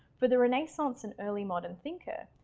for the renaissance and early modern thinker,